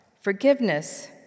Forgiveness